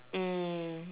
um